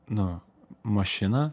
nu mašiną